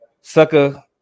sucker